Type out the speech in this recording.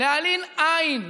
להעלים עין,